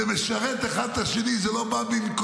זה משרת אחד את השני, זה לא בא במקום.